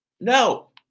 No